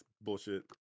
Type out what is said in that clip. Bullshit